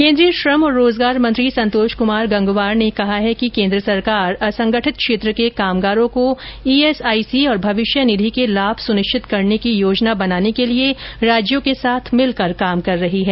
केन्द्रीय श्रम एवं रोजगार मंत्री संतोष कुमार गंगवार ने कहा है कि केन्द्र सरकार असंगठित क्षेत्र के कामगारों को ईएसआईसी और भविष्य निधि के लाभ सुनिश्चित करने की योजना बनाने के लिए राज्यों के साथ मिलकर काम कर रही है